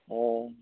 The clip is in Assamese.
অ'